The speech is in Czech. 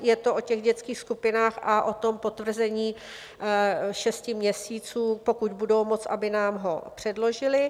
Je to o těch dětských skupinách a o tom potvrzení šesti měsíců, pokud budou moct, aby nám ho předložili.